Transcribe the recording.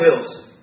bills